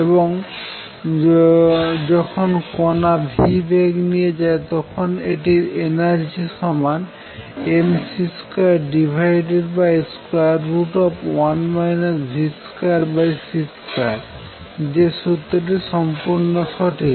এবং যখন কণা v বেগ নিয়ে যায় তখন এটির এনার্জি সামান mc21 v2c2 যে সূত্রটি সম্পূর্ণ সঠিক